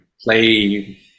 play